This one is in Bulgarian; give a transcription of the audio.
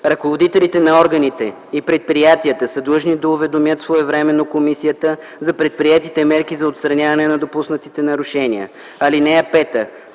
Ръководителите на органите и предприятията са длъжни да уведомят своевременно Комисията за предприетите мерки за отстраняване на допуснатите нарушения. (5)